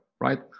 right